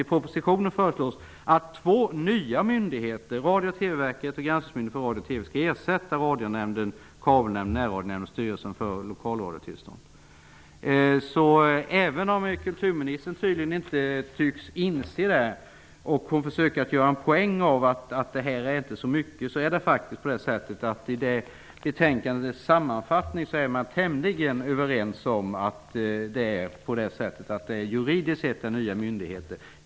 I propositionen föreslås att två nya myndigheter, Radio och TV-verket och Kulturministern försöker göra en poäng av att omorganisationen inte är så stor. Även om hon inte tycks inse det är vi i betänkandets sammanfattning tämligen överens om att det juridiskt sett är nya myndigheter.